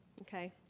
Okay